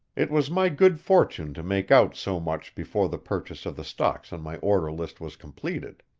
it was my good fortune to make out so much before the purchase of the stocks on my order list was completed.